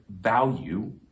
value